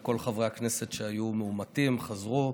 ולכל חברי הכנסת שהיו מאומתים וחזרו,